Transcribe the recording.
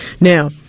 Now